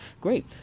Great